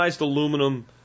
aluminum